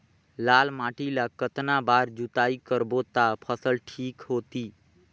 लाल माटी ला कतना बार जुताई करबो ता फसल ठीक होती?